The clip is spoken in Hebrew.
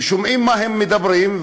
ושומעים מה הם מדברים,